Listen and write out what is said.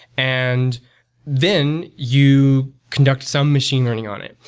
and then, you conduct some machine learning on it.